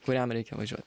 kuriam reikia važiuot